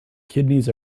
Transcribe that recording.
kidneys